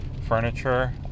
furniture